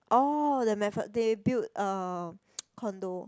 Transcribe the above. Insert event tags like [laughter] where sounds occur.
orh the MacPher~ they build um [noise] condo